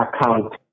account